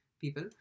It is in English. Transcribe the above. people